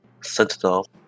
Sentinel